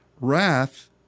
Wrath